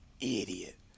idiot